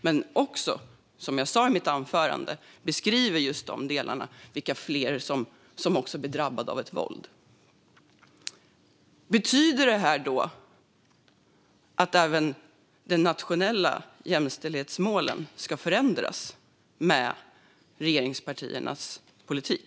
Men som jag sa i mitt anförande beskrivs också dessa delar, det vill säga vilka fler som drabbas av våld. Betyder detta att även de nationella jämställdhetsmålen ska förändras med regeringspartiernas politik?